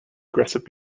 aggressive